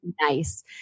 nice